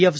F